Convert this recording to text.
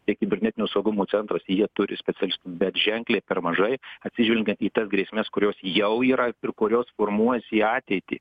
tiek kibernetinio saugumo centras jie turi specialistų bet ženkliai per mažai atsižvelgiant į tas grėsmes kurios jau yra ir kurios formuos į ateitį